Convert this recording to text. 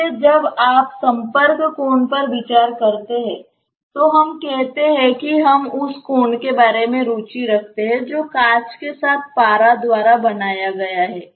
इसलिए जब आप संपर्क कोण पर विचार कर रहे हैं तो हम कहते हैं कि हम उस कोण के बारे में रुचि रखते हैं जो कांच के साथ पारा द्वारा बनाया गया है